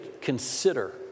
consider